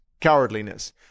cowardliness